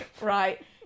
Right